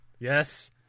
Yes